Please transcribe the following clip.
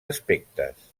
aspectes